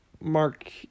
Mark